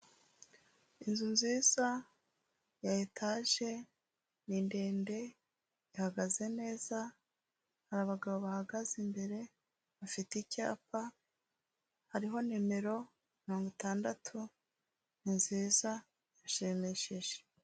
Inzu nziza ya etage ni ndende, ihagaze neza, hari abagabo bahagaze imbere bafite icyapa hariho nimero mirongo itandatu, niziza irashimishije.